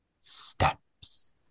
steps